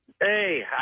Hey